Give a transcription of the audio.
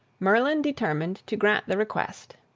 merlin determined to grant the request,